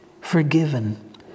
forgiven